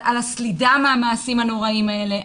הסלידה מהמעשים הנוראיים האלה,